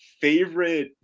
favorite